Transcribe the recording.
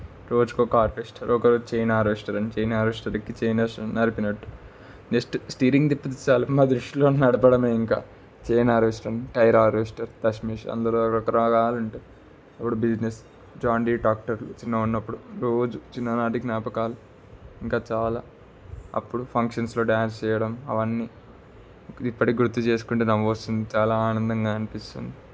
రోజుకి ఒక హార్వెస్ట్ ఒక రోజు చైనా హార్వెస్ట్ చైనా హార్వెస్ట్ర్కి చైనా నలిపినట్టు జస్ట్ స్టీరింగ్ తిప్పితే చాలు మా దృష్టిలో నడపడమే ఇంకా చైనా హార్వెస్ట్ర్ టైర్ హార్వెస్ట్ర్ క్రష్మిష్ అందులో రకరకాలు ఉంటాయి ఇప్పుడు బిజినెస్ జాండి టాక్టర్లు చిన్నగా ఉన్నప్పుడు రోజు చిన్ననాటి జ్ఞాపకాలు ఇంకా చాలా అప్పుడు ఫంక్షన్స్లో డ్యాన్స్ చేయడం అవన్నీ ఇప్పటికి గుర్తు చేసుకుంటే నవ్వు వస్తుంది చాలా ఆనందంగా అనిపిస్తుంది